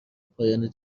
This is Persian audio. پایان